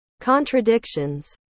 contradictions